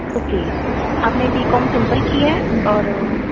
okay ਆਪ ਨੇ B com simple ਕੀ ਹੈ ਔਰ